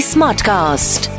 Smartcast